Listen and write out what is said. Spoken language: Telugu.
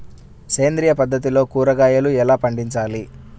సేంద్రియ పద్ధతిలో కూరగాయలు ఎలా పండించాలి?